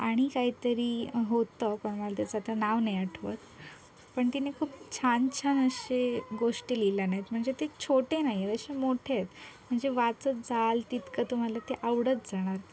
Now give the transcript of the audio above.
आणि काहीतरी होतं पण मला त्याचं आता नाव नाही आठवत पण तिने खूप छान छान असे गोष्टी लिहिल्या आहेत म्हणजे ते छोटे नाही आहेत असे मोठे आहेत म्हणजे वाचत जाल तितकं तुम्हाला ते आवडत जाणार